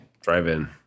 Drive-In